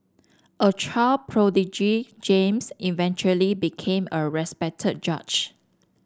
a child prodigy James eventually became a respected judge